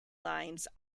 lines